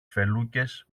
φελούκες